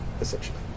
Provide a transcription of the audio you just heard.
essentially